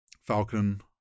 Falcon